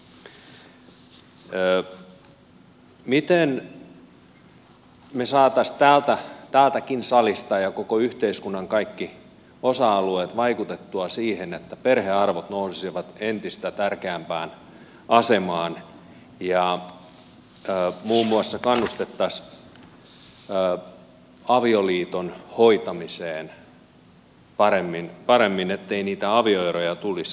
miten me saisimme täältä salistakin ja koko yhteiskunnan kaikki osa alueet vaikutettua siihen että perhearvot nousisivat entistä tärkeämpään asemaan ja muun muassa kannustettaisiin avioliiton hoitamiseen paremmin ettei niitä avioeroja tulisi